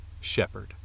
shepherd